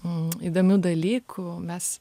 m įdomių dalykų mes